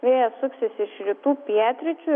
vėjas suksis iš rytų pietryčių